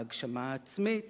ההגשמה העצמית,